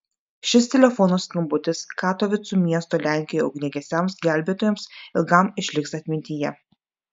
šis telefono skambutis katovicų miesto lenkijoje ugniagesiams gelbėtojams ilgam išliks atmintyje